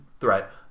threat